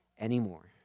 anymore